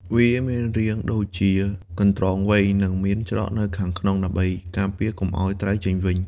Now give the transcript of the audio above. វាមានរាងដូចជាកន្ត្រកវែង និងមានច្រកនៅខាងក្នុង ដើម្បីការពារកុំឲ្យត្រីចេញវិញបាន។